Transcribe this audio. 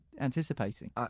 anticipating